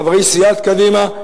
חברי סיעת קדימה,